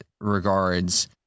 regards